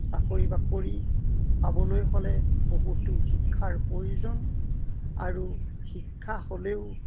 চাকৰি বাকৰি পাবলৈ হ'লে বহুতো শিক্ষাৰ প্ৰয়োজন আৰু শিক্ষা হ'লেও